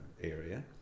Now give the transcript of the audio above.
area